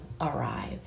arrive